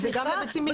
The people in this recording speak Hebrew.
זה גם בביצים מייבוא.